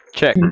Check